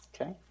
Okay